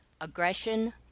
aggression